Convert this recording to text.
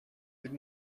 did